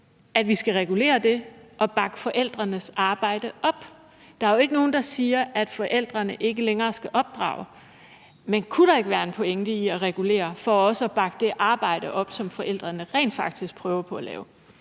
at vi skal regulere det og bakke forældrenes arbejde op? Der er jo ikke nogen, der siger, at forældrene ikke længere skal opdrage. Men kunne der ikke være en pointe i at regulere for også at bakke det arbejde op, som forældrene rent faktisk prøver på at lave?